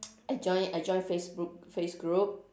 I join I join facebook face group